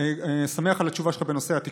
אני שמח על התשובה שלך בנושא התקשורת.